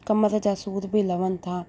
कमरि जा सूर बि लहनि था